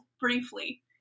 briefly